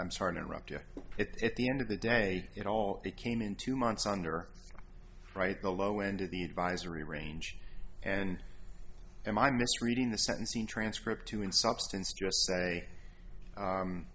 i'm sorry to interrupt you it's at the end of the day it all came in two months under right the low end of the advisory range and am i misreading the sentencing transcript to in substance just say